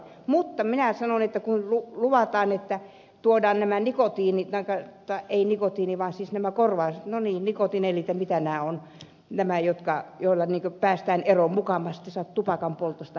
mutta minä sanon että kun luvataan että tuodaan nämä nikotiini ja käyttää ei nikotiinivasi silmä nikotinellit ja mitä nämä ovat nämä joilla mukamas päästään eroon tupakanpoltosta niin ei päästä